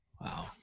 Wow